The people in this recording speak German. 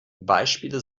beispiele